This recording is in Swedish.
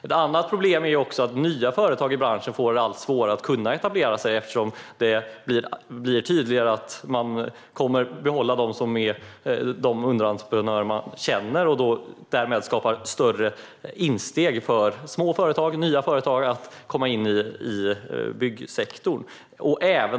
Ett annat problem är att nya företag i branschen får allt svårare att etablera sig eftersom det blir tydligare att man kommer att behålla de underentreprenörer man känner, vilket skapar större insteg för små och nya företag i byggsektorn.